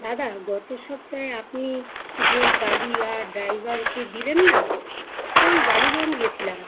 দাদা গত সপ্তাহে আপনি যেই গাড়ি আর ড্রাইভারকে দিলেন না ওই বালিগঞ্জ গেছিলাম